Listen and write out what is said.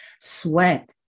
sweat